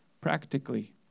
practically